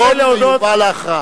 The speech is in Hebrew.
יידון ויובא להכרעה.